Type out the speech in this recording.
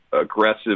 aggressive